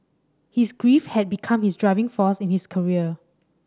his grief had become his driving force in his career